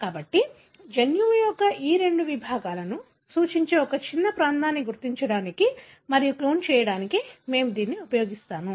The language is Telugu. కాబట్టి జన్యువు యొక్క ఈ రెండు విభాగాలను సూచించే ఒక చిన్న ప్రాంతాన్ని గుర్తించడానికి మరియు క్లోన్ చేయడానికి మేము దీనిని ఉపయోగిస్తాము